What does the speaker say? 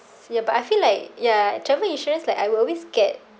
ya but I feel like ya travel insurance like I will always get